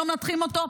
לא מנתחים אותו,